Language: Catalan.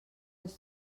ens